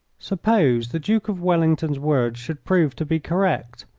suppose the duke of wellington's words should prove to be correct,